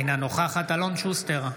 אינה נוכחת אלון שוסטר,